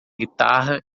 guitarra